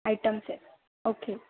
items आहे okay